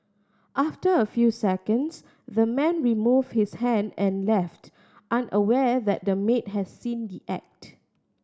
after a few seconds the man removed his hand and left unaware that the maid had seen the act